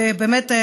שבאמת,